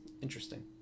interesting